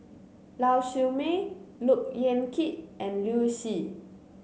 Lau Siew Mei Look Yan Kit and Liu Si